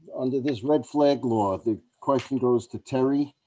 under this red flag law, the question goes to terry,